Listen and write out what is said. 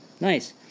Nice